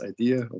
idea